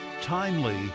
timely